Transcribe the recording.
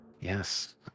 Yes